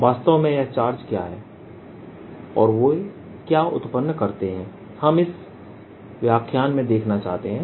वास्तव में यह चार्ज क्या हैं और वे क्या उत्पन्न करते हैं हम इस व्याख्यान में देखना चाहते हैं